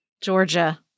Georgia